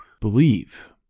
believe